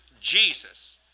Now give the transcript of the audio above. Jesus